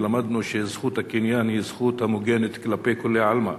ולמדנו שזכות הקניין היא זכות המוגנת כלפי כולי עלמא.